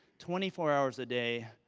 twenty four hours a day,